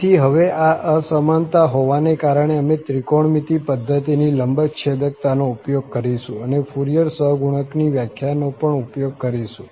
તેથી હવે આ અસમાનતા હોવાને કારણે અમે ત્રિકોણમિતિ પધ્ધતિની લંબચ્છેદકતાનો ઉપયોગ કરીશું અને ફુરિયર સહગુણકની વ્યાખ્યાનો પણ ઉપયોગ કરીશું